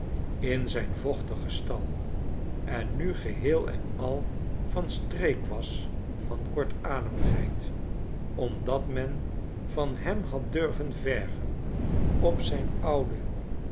in zijn vochtigen stal en nu geheel en al van streek was van kortademigheid omdat men van hem had durven vergen op zijn